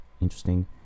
interesting